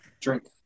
drink